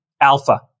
alpha